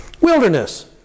Wilderness